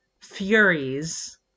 furies